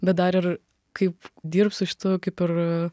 bet dar ir kaip dirbt su šitu kaip ir